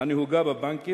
הנהוגה בבנקים,